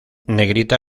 negrita